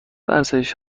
ورزش